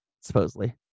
supposedly